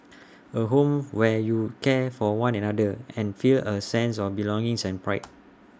A home where you care for one another and feel A sense of belongings and pride